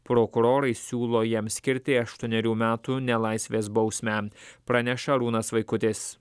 prokurorai siūlo jam skirti aštuonerių metų nelaisvės bausmę praneša arūnas vaikutis